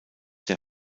der